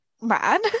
mad